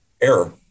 error